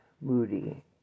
Moody